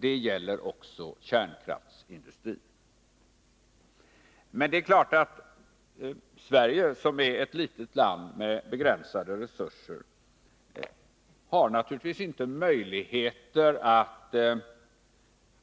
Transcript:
Det gäller även kärnkraftsindustrin. Men Sverige som är ett litet land med begränsade resurser har naturligtvis inte —